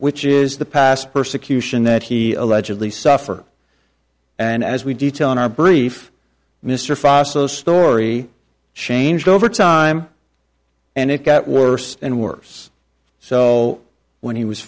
which is the past persecution that he allegedly suffer and as we detail in our brief mr foster the story changed over time and it got worse and worse so when he was